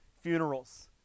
funerals